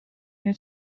het